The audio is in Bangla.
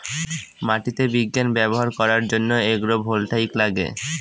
মাটিতে বিজ্ঞান ব্যবহার করার জন্য এগ্রো ভোল্টাইক লাগে